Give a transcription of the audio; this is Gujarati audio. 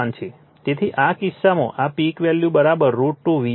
તેથી આ કિસ્સામાં આ પીક વેલ્યુ √ 2 V છે